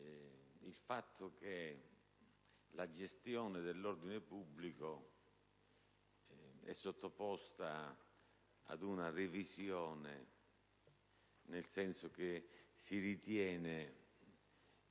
il fatto che la gestione dell'ordine pubblico sia sottoposta ad una revisione, nel senso che si ritengono